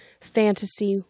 fantasy